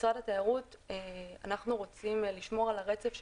משרד התיירות, אנחנו רוצים לשמור על הרצף.